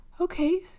okay